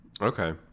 Okay